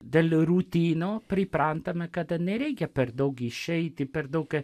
dėl rutino priprantame kad nereikia per daug išeiti per daug